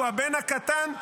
שהוא הבן הקטן,